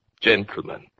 Gentlemen